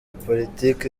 politiki